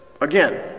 Again